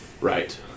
Right